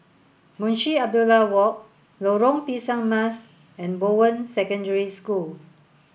Munshi Abdullah Walk Lorong Pisang Emas and Bowen Secondary School